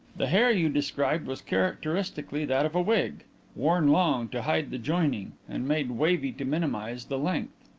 the hair you described was characteristically that of a wig worn long to hide the joining and made wavy to minimize the length.